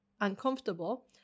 uncomfortable